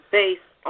based